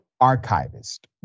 Archivist